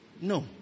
No